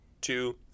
two